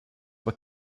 were